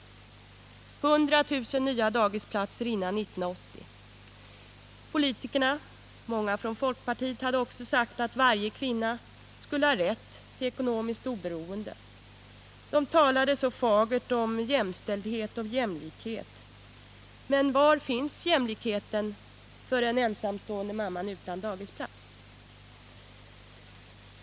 100 000 nya dagisplatser före 1980. Politikerna, många från folkpartiet, hade också sagt att varje kvinna skulle ha rätt till ekonomiskt oberoende — det talades så fagert om jämställdhet och jämlikhet, men var finns jämlikheten för den ensamstående mamman utan dagisplats?